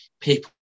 people